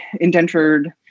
indentured